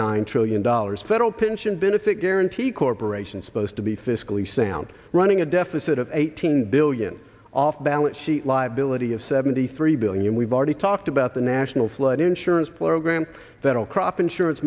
nine trillion dollars federal pension benefit guaranty corporation supposed to be fiscally sound running a deficit of eighteen billion off balance sheet liability of seventy three billion we've already talked about the national flood insurance program that will crop insurance